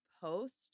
post